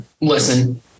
listen